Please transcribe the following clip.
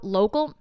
local